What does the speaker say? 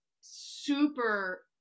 super